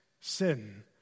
sin